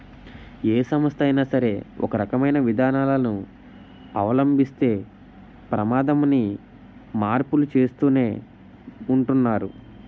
ఏ సంస్థ అయినా సరే ఒకే రకమైన విధానాలను అవలంబిస్తే ప్రమాదమని మార్పులు చేస్తూనే ఉంటున్నారు